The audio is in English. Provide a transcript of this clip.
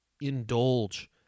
indulge